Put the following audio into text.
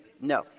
No